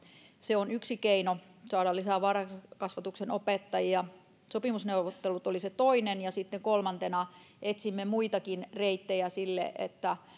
se on yksi keino saada lisää varhaiskasvatuksen opettajia sopimusneuvottelut on se toinen ja sitten kolmantena etsimme muitakin reittejä sille että